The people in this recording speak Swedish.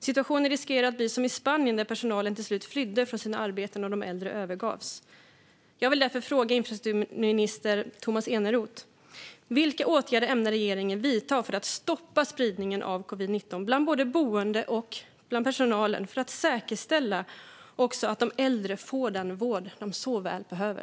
Situationen riskerar att bli som i Spanien där personalen till slut flydde från sina arbeten och de äldre övergavs. Jag vill därför fråga infrastrukturminister Tomas Eneroth vilka åtgärder regeringen ämnar vidta för att stoppa spridningen av covid-19 bland både boende och personal för att säkerställa att även de äldre får den vård som de så väl behöver.